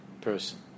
person